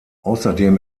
außerdem